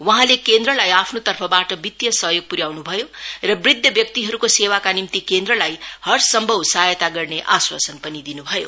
वहाँले केन्द्रलाई आफ्नो तर्फबाट वित्तीय सहयोग पूर्याउन् भयो र वृद्ध व्यक्तिहरूको सेवाका निम्ति केन्द्रलाई हर सम्भव सहायता गर्ने आश्वासन पनि दिन् भयो